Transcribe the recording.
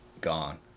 Gone